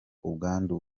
ubwandu